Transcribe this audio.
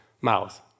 mouth